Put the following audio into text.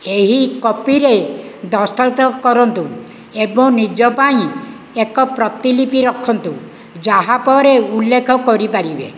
ଏହି କପିରେ ଦସ୍ତଖତ କରନ୍ତୁ ଏବଂ ନିଜ ପାଇଁ ଏକ ପ୍ରତିଲିପି ରଖନ୍ତୁ ଯାହା ପରେ ଉଲ୍ଲେଖ କରିପାରିବେ